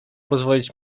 pozwolić